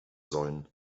sollen